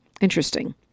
Interesting